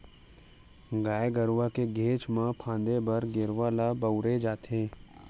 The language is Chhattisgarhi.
गाय गरुवा के घेंच म फांदे बर गेरवा ल बउरे जाथे